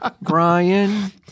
Brian